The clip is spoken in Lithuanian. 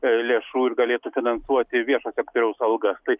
lėšų ir galėtų finansuoti viešojo sektoriaus algas tai